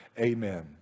Amen